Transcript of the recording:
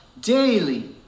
daily